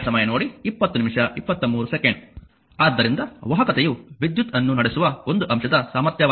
ಆದ್ದರಿಂದ ವಾಹಕತೆಯು ವಿದ್ಯುತ್ ಅನ್ನು ನಡೆಸುವ ಒಂದು ಅಂಶದ ಸಾಮರ್ಥ್ಯವಾಗಿದೆ